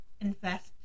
invest